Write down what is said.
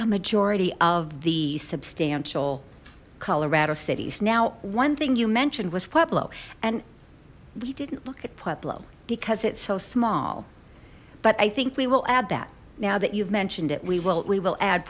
a majority of the substantial colorado cities now one thing you mentioned was pueblo and we didn't look at pueblo because it's so small but i think we will add that now that you've mentioned it we will we will add